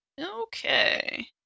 Okay